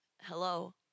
hello